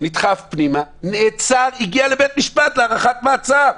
נדחף פנימה, נעצר, הגיע לבית משפט להארכת מעצר.